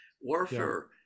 Warfare